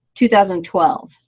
2012